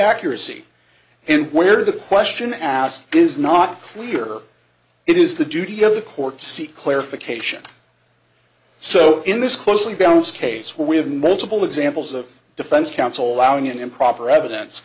accuracy and where the question asked is not clear it is the duty of the court to seek clarification so in this closely bounce case we have multiple examples of defense counsel allowing an improper evidence